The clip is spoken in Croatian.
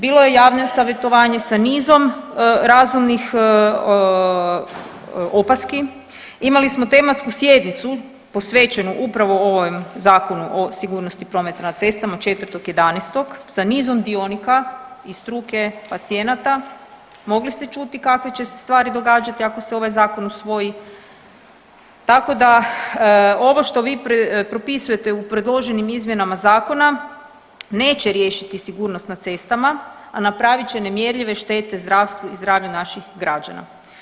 Bilo je javno savjetovanje sa nizom razumnih opaski, imali smo tematsku sjednicu posvećenu upravo ovom Zakonu o sigurnosti prometa na cestama 4.11. sa nizom dionika iz struke, pacijenata mogli ste čuli kakve će se stvari događati ako se ovaj zakon usvoji, tako da ovo što vi propisujete u predloženim izmjenama zakona neće riješiti sigurnost na cestama, a napravit će nemjerljive štete zdravstvu i zdravlju naših građana.